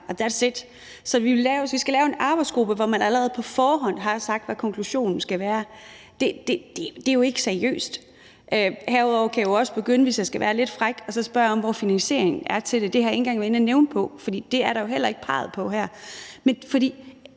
that's it. At lave en arbejdsgruppe, hvor man allerede på forhånd har sagt, hvad konklusionen skal være, er jo ikke seriøst. Herudover kan jeg jo også, hvis jeg skal være lidt fræk, begynde at spørge, hvor finansieringen til det er. Det har jeg ikke engang været inde at nævne, for det er der jo heller ikke peget på her. Det her